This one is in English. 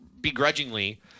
begrudgingly